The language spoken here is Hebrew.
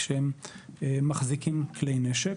כשהם מחזיקים כלי נשק.